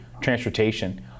transportation